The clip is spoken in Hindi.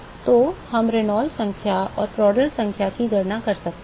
तो हम रेनॉल्ड्स संख्या और प्रांटल संख्या की गणना कर सकते हैं